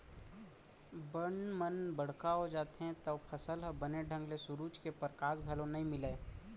बन मन बड़का हो जाथें तव फसल ल बने ढंग ले सुरूज के परकास घलौ नइ मिलय